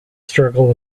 struggle